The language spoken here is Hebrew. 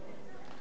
מי בעד?